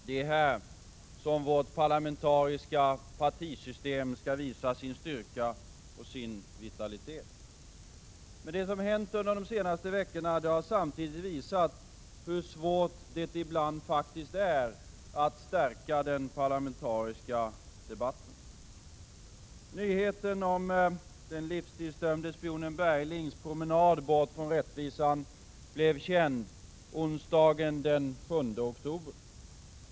Det är här som vårt parlamentariska partisystem skall visa sin styrka och sin vitalitet. Men det som hänt under de senaste veckorna har samtidigt visat hur svårt det faktiskt är att stärka den parlamentariska debatten. Nyheten om den livstidsdömde spionen Berglings promenad bort från rättvisan blev känd onsdagen den 7 oktober.